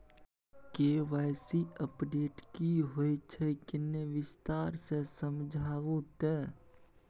KYC update की होय छै किन्ने विस्तार से समझाऊ ते?